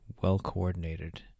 well-coordinated